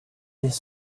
this